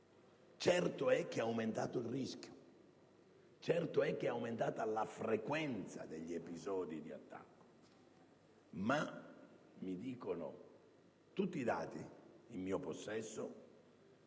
Certo è che è aumentato il rischio ed è aumentata la frequenza degli episodi di attacco. Ma tutti i dati in mio possesso